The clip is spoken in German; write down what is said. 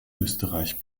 österreich